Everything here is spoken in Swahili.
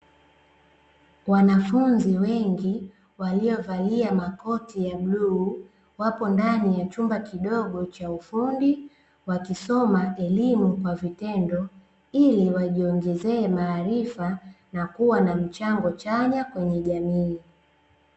Wanafunzi wengi waliovalia makoti ya bluu, wapo ndani ya chumba kidogo cha ufundi, wakisoma elimu kwa vitendo, ili wajiongezee maarifa na kuwa na mchango chanya kwenye jamii.